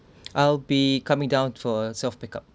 I'll be coming down for self pick up